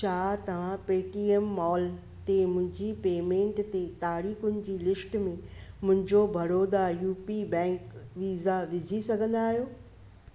छा तव्हां Paytm mall ते मुंहिंजी पेमेंट ते तारीख़ुनि जी लिस्ट में मुंहिंजो Baroda U P bank visa विझी सघंदा आहियो